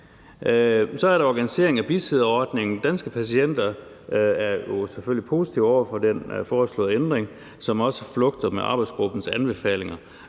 Så er der organisering af bisidderordningen. Danske Patienter er jo selvfølgelig positiv over for den foreslåede ændring, som også flugter med arbejdsgruppens anbefalinger.